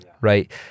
right